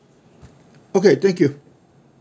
okay thank you